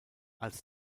als